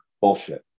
Bullshit